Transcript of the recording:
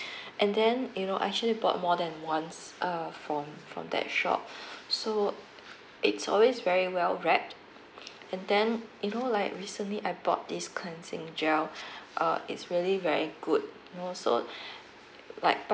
and then you know I actually bought more than once uh from from that shop so it's always very well wrapped and then you know like recently I bought this cleansing gel uh it's really very good you know so like but